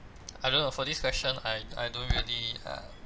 I don't know for this question I I don't really uh